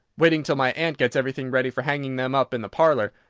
waiting till my aunt gets everything ready for hanging them up in the parlor.